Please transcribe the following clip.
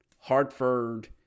Hartford